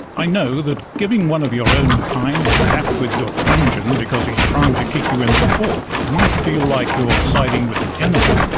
i know that giving one of your own kind a tap with your truncheon because he's trying to kick you in the fork might feel like you're siding with the enemy.